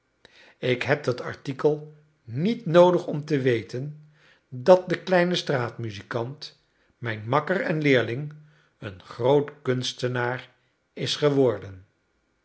ik heb dat artikel niet noodig om te weten dat de kleine straatmuzikant mijn makker en leerling een groot kunstenaar is geworden